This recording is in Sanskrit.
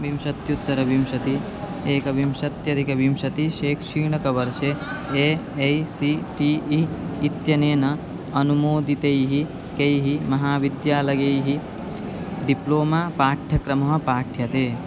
विंशत्युत्तरविंशतिः एकविंशत्यधिकविंशतिः शैक्षणिकवर्षे A I C T E इत्यनेन अनुमोदितैः कैः महाविद्यालयैः डिप्लोमा पाठ्यक्रमः पाठ्यते